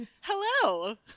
hello